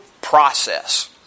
process